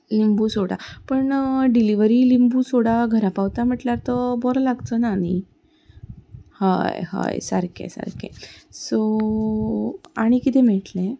लिंबू सोडा पण डिलीवरी लिंबू सोडा घरा पावता म्हटल्यार तो बरो लागचो ना न्ही हय हय सारकें सारकें सो आनीक किदें मेळटलें